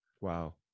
Wow